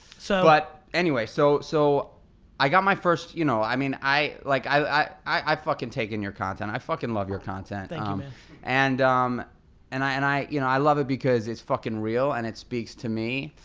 so but anyway, so so i got my first, you know, i mean i like i fuckin' take in your content, i fuckin' love your content and um and and um and i and i you know love it because it's fuckin' real and it speaks to me.